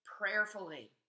prayerfully